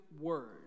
word